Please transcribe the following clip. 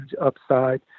upside